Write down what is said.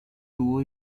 tuvo